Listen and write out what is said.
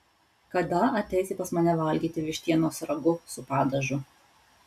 kada ateisi pas mane valgyti vištienos ragu su padažu